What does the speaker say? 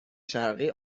شرقی